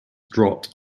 dropped